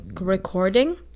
recording